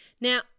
Now